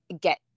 get